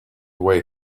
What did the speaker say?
away